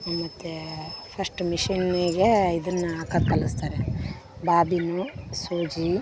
ಮತ್ತು ಫಸ್ಟು ಮಿಷನ್ನಿಗೆ ಇದನ್ನ ಹಾಕೋದ್ ಕಲಿಸ್ತಾರೆ ಬಾಬಿನ್ನು ಸೂಜಿ